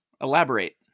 elaborate